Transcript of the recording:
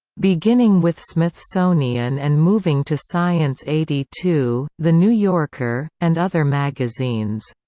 beginning with smithsonian and moving to science eighty two, the new yorker, and other magazines.